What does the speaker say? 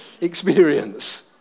experience